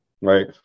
right